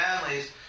families